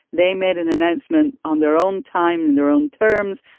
they made an announcement on their own time their own terms.